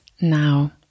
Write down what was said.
now